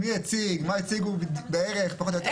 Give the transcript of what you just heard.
הציג, מה הציגו פחות או יותר.